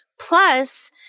Plus